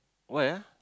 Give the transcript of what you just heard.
why ah